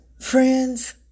Friends